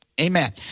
Amen